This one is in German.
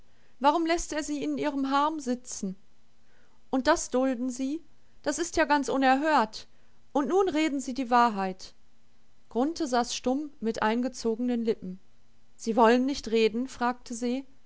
warum läßt er sie in ihrem harm sitzen und das dulden sie das ist ja ganz unerhört und nun reden sie die wahrheit grunthe saß stumm mit eingezogenen lippen sie wollen nicht reden fragte se